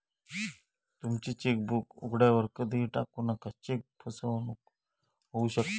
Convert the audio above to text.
तुमची चेकबुक उघड्यावर कधीही टाकू नका, चेक फसवणूक होऊ शकता